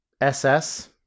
SS